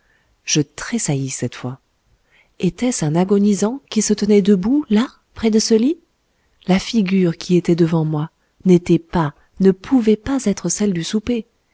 je tressaillis cette fois était-ce un agonisant qui se tenait debout là près de ce lit la figure qui était devant moi n'était pas ne pouvait pas être celle du souper